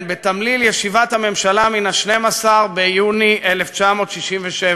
בתמליל ישיבת הממשלה מ-12 ביוני 1967,